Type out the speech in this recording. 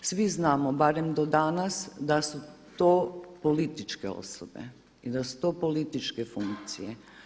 Svi znamo barem do danas da su to političke osobe i da su to političke funkcije.